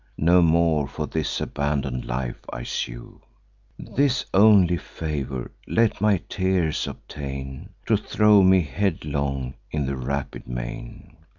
no more for this abandon'd life i sue this only favor let my tears obtain, to throw me headlong in the rapid main